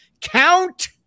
Count